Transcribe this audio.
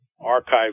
archive